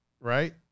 right